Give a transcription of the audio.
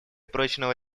прочного